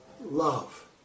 Love